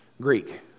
Greek